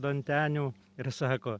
dantenių ir sako